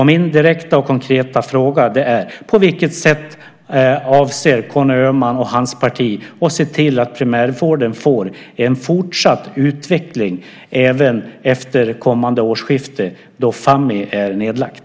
Min direkta och konkreta fråga är: På vilket sätt avser Conny Öhman och hans parti att se till att primärvården får en fortsatt utveckling även efter kommande årsskifte, då Fammi är nedlagt?